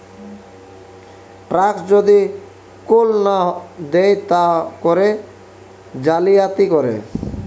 tax যদি কেহু না দেয় তা করে জালিয়াতি করে